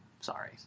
Sorry